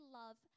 love